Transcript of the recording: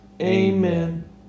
Amen